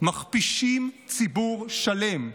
מכפישים ציבור שלם,